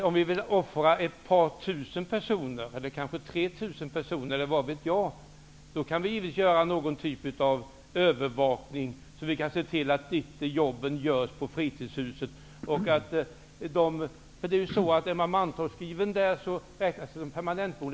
Om vi vill offra ett par tre tusen personer eller så kan vi givetvis göra en typ av övervakning av att jobben inte görs på fritidshusen. Men är man mantalsskriven på orten räknas husen som permanentbostad.